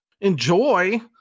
Enjoy